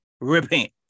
Repent